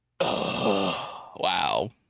Wow